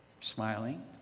smiling